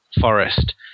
forest